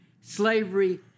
slavery